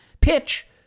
pitch